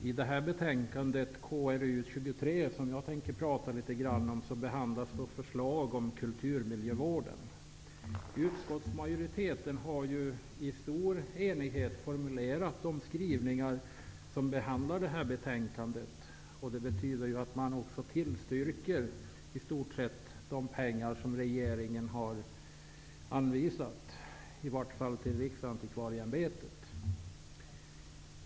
Fru talman! I betänkandet KrU23, som jag skall beröra litet grand, behandlas förslag om kulturmiljövården. Utskottet har i stor enighet formulerat sina skrivningar, som bl.a. innebär att man tillstyrker de medelsanvisningar som regeringen gör till bl.a. Riksantikvarieämbetet.